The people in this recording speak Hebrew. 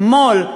מו"ל,